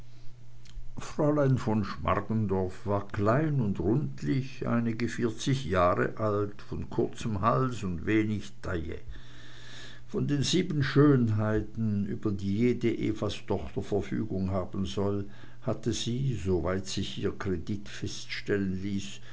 fräulein von schmargendorf war klein und rundlich einige vierzig jahre alt von kurzem hals und wenig taille von den sieben schönheiten über die jede evastochter verfügung haben soll hatte sie soweit sich ihr kredit feststellen ließ